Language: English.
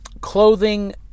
clothing